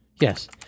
Yes